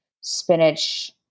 spinach